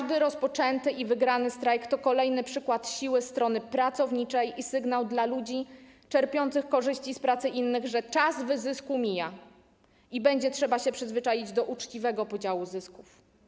Każdy rozpoczęty i wygrany strajk to kolejny przykład siły strony pracowniczej i sygnał dla ludzi czerpiących korzyści z pracy innych, że czas wyzysku mija i trzeba się będzie przyzwyczaić do uczciwego podziału zysków.